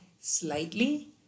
slightly